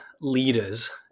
leaders